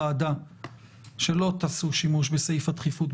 לא הסיבה שצריך לחסן את הילדים.